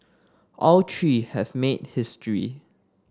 all three have made history